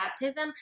baptism